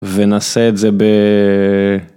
ונעשה את זה ב...